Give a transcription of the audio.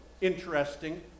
interesting